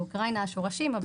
באוקראינה השורשים.